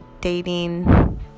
Dating